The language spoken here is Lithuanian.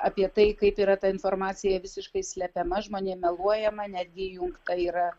apie tai kaip yra ta informacija visiškai slepiama žmonėm meluojama netgi įjungta yra